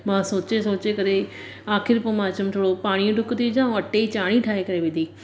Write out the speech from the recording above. मां सोचे सोचे करे आखिर पो चईम मां थोड़ो पाणीअ डुक ती विझां अटे ई चाणी ठाए करे विझी